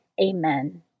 Amen